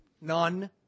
None